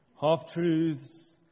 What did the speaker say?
half-truths